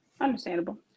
understandable